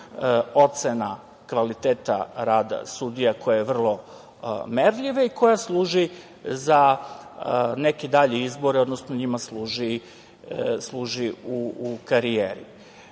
ocena kvaliteta rada sudija koja je vrlo merljiva i koja služi za neke dalje izbore, odnosno njima služi u karijeri.Međutim,